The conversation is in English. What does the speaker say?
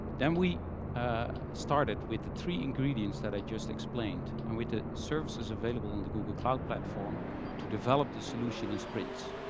then, we ah started with the three ingredients that i just explained and with the services available in the google cloud platform to develop the solution in sprints.